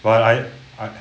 but I I